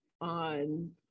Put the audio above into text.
on